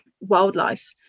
wildlife